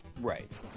Right